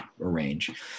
arrange